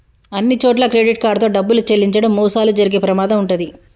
అన్నిచోట్లా credit card తో డబ్బులు చెల్లించడం మోసాలు జరిగే ప్రమాదం వుంటది